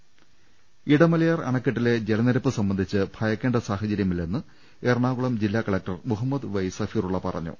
്് ഇടമലയാർ അണക്കെട്ടിലെ ജലനിരപ്പ് സംബ്ന്ധിച്ച് ഭയ്ക്കേണ്ട സാഹചര്യമില്ലെന്ന് എറണാകുളം ജില്ലാ കലക്ടർ മുഹമ്ദ് വൈ സഫീറുള്ള പറഞ്ഞു